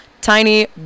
tiny